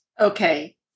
Okay